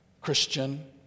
Christian